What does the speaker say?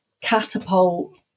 catapult